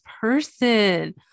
person